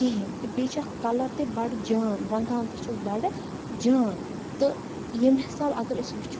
کِہین تہٕ بییہ چھُ اتھ کَلَر تہ بَڈٕ جان رنگہٕ ہان تہ چھس بَڈٕ جان تہ ییٚمہِ حِسابہٕ اگر أسۍ وٕچھو